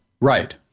right